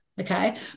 okay